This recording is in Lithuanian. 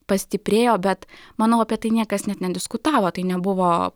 pastiprėjo bet manau apie tai niekas net nediskutavo tai nebuvo